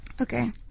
Okay